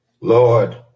Lord